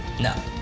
No